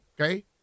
Okay